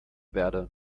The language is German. verde